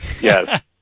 Yes